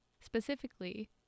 specifically